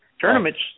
tournaments